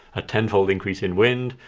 a ten-fold increase in wind,